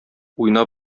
уйнап